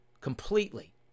completely